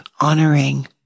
honoring